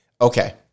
Okay